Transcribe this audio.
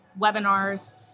webinars